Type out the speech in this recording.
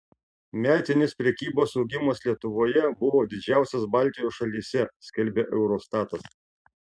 metinis prekybos augimas lietuvoje buvo didžiausias baltijos šalyse skelbia eurostatas